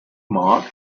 mark